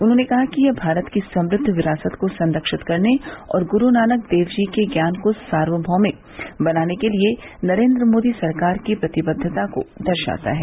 उन्होंने कहा कि यह भारत की समृद्व विरासत को संरक्षित करने और गुरू नानक देवजी के ज्ञान को सार्वभौगिक बनाने के लिए नरेन्द्र मोदी सरकार की प्रतिबद्वता को दर्शाता है